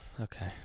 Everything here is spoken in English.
Okay